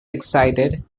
excited